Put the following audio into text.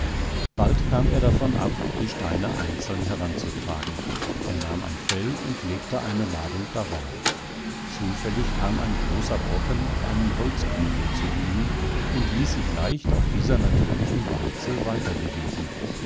bald kam er davon ab die steine einzeln heranzutragen er nahm ein fell und legte eine ladung darauf zufällig kam ein großer brocken auf einen holzknüttel zu liegen und ließ sich leicht auf dieser natürlichen walze weiterbewegen